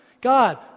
God